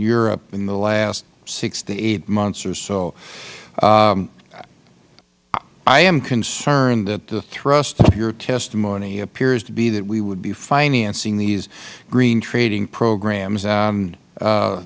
europe in the last six to eight months or so i am concerned that the thrust of your testimony appears to be that we would be financing these green trading programs